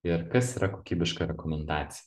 ir kas yra kokybiška rekomendacija